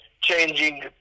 changing